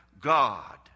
God